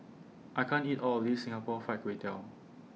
I can't eat All of This Singapore Fried Kway Tiao